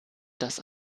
dass